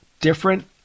Different